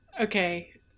okay